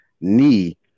knee